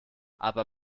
aber